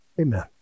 Amen